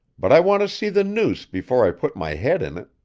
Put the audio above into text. but i want to see the noose before i put my head in it.